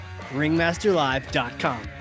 Ringmasterlive.com